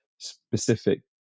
Specific